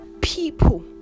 people